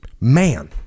man